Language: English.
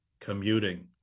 commuting